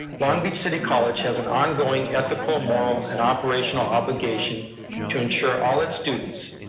long beach city college has an ongoing ethical, moral, and operational obligation to ensure all its students,